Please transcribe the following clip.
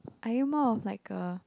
are you more of like a